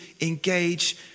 engage